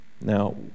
Now